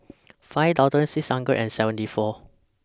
five thousand six hundred and seventy four